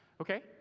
Okay